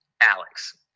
Alex